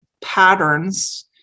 patterns